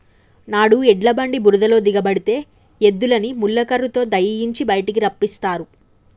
నాడు ఎడ్ల బండి బురదలో దిగబడితే ఎద్దులని ముళ్ళ కర్రతో దయియించి బయటికి రప్పిస్తారు